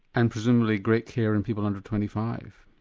and presumably great care in people under twenty five?